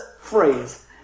phrase